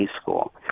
school